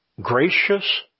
gracious